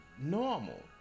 normal